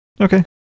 Okay